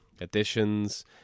additions